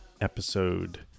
episode